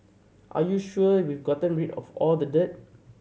are you sure we've gotten rid of all the dirt